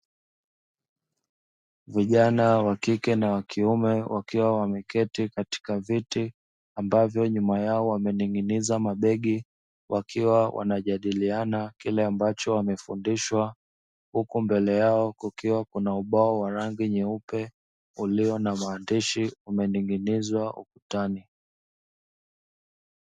Vijana wa kike na wa kiume wakiwa wameketi katika vyeti ambavyo nyuma yao wametengeneza mabegi wakiwa wanajadiliana kile ambacho amefundishwa huko mbele yao kukiwa kuna ubao wa rangi nyeupe ulio na maandishi umetengenezwa ukutani.